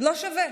לא שווה.